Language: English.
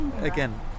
Again